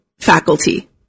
faculty